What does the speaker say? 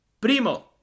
Primo